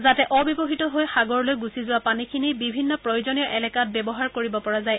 যাতে অব্যৱহ্যত হৈ সাগৰলৈ গুচি যোৱা পানীখিনি বিভিন্ন প্ৰয়োজনীয় এলেকাত ব্যৱহাৰ কৰিব পৰা যায়